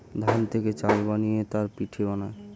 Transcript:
ধান থেকে চাল বানিয়ে তার পিঠে বানায়